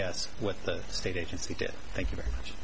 guess what the state agency did thank you very much